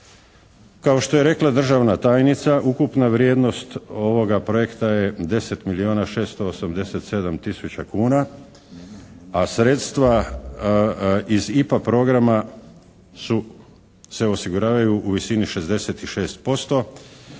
Kao što je rekla državna tajnica ukupna vrijednost ovoga projekta je 10 milijona 687 tisuća kuna, a sredstva iz IPA programa se osiguravaju u visini 66%